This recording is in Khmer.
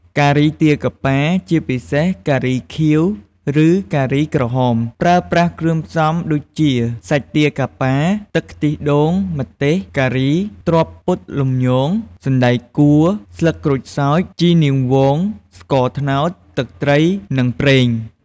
ការីទាកាប៉ា ជាពិសេសការីខៀវ ឬការីក្រហម ប្រើប្រាស់គ្រឿងផ្សំដូចជា សាច់ទាកាប៉ា ទឹកខ្ទិះដូង ម្ទេស ការី ត្រប់ពុតលំញង សណ្តែកកួរ ស្លឹកក្រូចសើច ជីរនាងវង ស្ករត្នោត ទឹកត្រី និងប្រេង។